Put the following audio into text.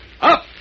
up